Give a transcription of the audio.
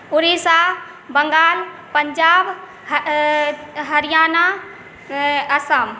Orissa Bengal Punjab Haryana Assam